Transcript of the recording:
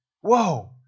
whoa